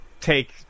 take